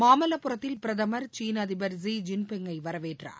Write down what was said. மாமல்லபுரத்தில் பிரதம் சீன அதிபர் ஷி ஜின்பிங்கை வரவேற்றார்